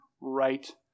right